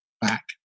back